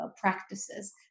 practices